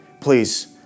please